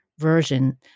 version